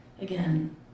Again